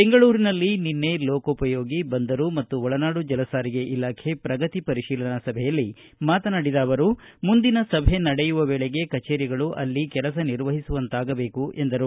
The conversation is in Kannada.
ಬೆಂಗಳೂರಿನಲ್ಲಿ ನಿನ್ನೆ ಲೋಕೋಪಯೋಗಿ ಬಂದರು ಮತ್ತು ಒಳನಾಡು ಜಲಸಾರಿಗೆ ಇಲಾಖೆ ಪ್ರಗತಿ ಪರಿಶೀಲನಾ ಸಭೆಯಲ್ಲಿ ಮಾತನಾಡಿದ ಅವರು ಮುಂದಿನ ಸಭೆ ನಡೆಯುವ ವೇಳೆಗೆ ಕಜೇರಿಗಳು ಅಲ್ಲಿ ಕೆಲಸ ನಿರ್ವಹಿಸುವಂತಾಗಬೇಕು ಎಂದರು